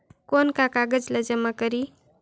कौन का कागज ला जमा करी?